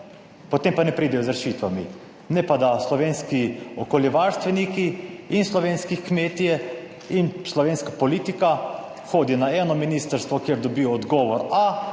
potem pa ne pridejo z rešitvami. Ne pa, da slovenski okoljevarstveniki in slovenski kmetje in slovenska politika hodi na eno ministrstvo, kjer dobijo odgovor a,